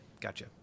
Gotcha